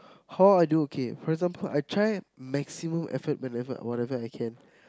how I do K for example I try maximum effort whenever whatever I can